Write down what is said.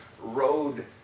road